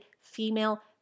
female